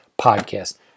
podcast